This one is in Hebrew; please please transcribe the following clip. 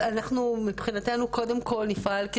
אנחנו מבחינתנו קודם כל נפעל,